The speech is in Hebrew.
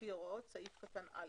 לפי הוראות סעיף קטן (א).